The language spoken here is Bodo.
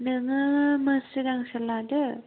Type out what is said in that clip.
नोंङो मुसारि गांसे लादो